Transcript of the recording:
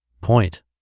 Point